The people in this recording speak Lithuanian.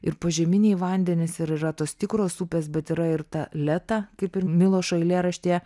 ir požeminiai vandenys ir yra tos tikros upės bet yra ir ta letą kaip ir milošo eilėraštyje